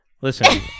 listen